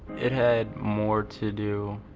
it had more to do